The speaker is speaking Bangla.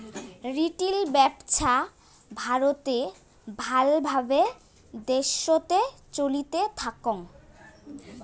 রিটেল ব্যপছা ভারতে ভাল ভাবে দ্যাশোতে চলতে থাকং